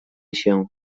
się